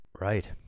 Right